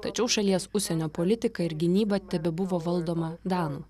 tačiau šalies užsienio politika ir gynyba tebebuvo valdoma danų